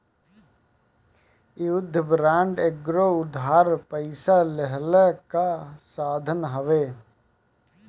युद्ध बांड एगो उधार पइसा लेहला कअ साधन हवे